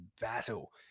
battle